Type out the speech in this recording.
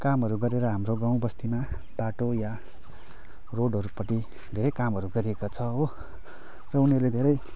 कामहरू गरेर हाम्रो गाँउ या बस्तीमा बाटो या रोडहरू पट्टि धेरै कामहरू गरिएका छ हो र उनीहरूले धेरै